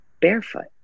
barefoot